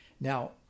Now